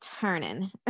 turning